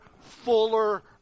fuller